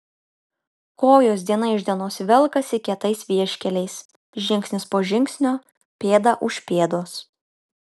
kojos diena iš dienos velkasi kietais vieškeliais žingsnis po žingsnio pėda už pėdos